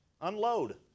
unload